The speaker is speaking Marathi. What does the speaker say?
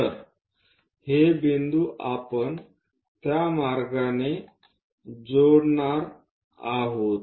जर हे बिंदू आपण त्या मार्गाने जोडणार आहोत